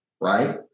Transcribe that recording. right